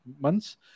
months